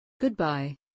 Goodbye